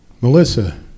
Melissa